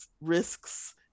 risks